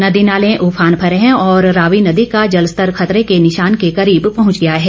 नदी नाले उफान पर हैं और रावी नदी का जलस्तर खतरे के निशान के करीब पहुंच गया है